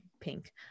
pink